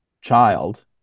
child